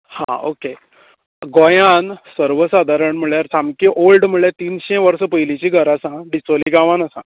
हां ओके गोंयांत सर्वसाधारण म्हळ्यार सामकें ऑल्ड म्हळ्यार तिनशीं वर्सा पयलीचीं घरां आसा डिचोलें गांवांन आसा